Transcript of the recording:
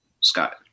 Scott